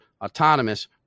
autonomous